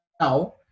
now